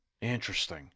interesting